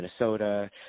Minnesota